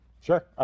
Sure